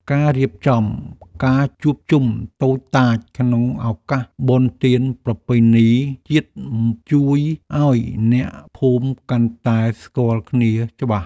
ការរៀបចំការជួបជុំតូចតាចក្នុងឱកាសបុណ្យទានប្រពៃណីជាតិជួយឱ្យអ្នកភូមិកាន់តែស្គាល់គ្នាច្បាស់។